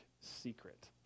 secret